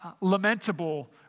lamentable